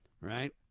Right